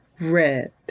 red